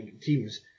teams